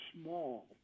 small